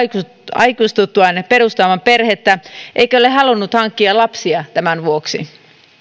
aikuistuttuaan perustamaan perhettä eikä ole halunnut hankkia lapsia tämän vuoksi